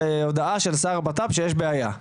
הודעה של השר לביטחון פנים שיש בעיה?